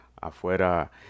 afuera